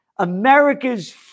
America's